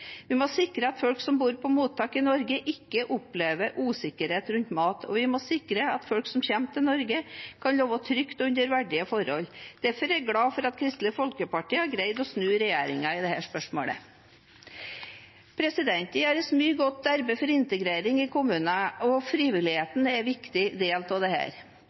Vi må sikre at folk som bor på mottak i Norge, ikke opplever usikkerhet rundt mat, og vi må sikre at folk som kommer til Norge, kan leve trygt under verdige forhold. Derfor er jeg glad for at Kristelig Folkeparti har greid å snu regjeringen i dette spørsmålet. Det gjøres mye godt arbeid for integrering i kommunene, og frivilligheten er en viktig del av dette. Det